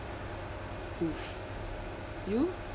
you